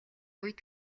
үед